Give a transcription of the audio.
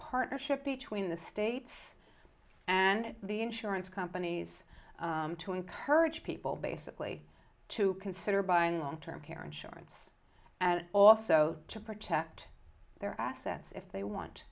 partnership between the states and the insurance companies to encourage people basically to consider buying long term care insurance and also to protect their assets if they want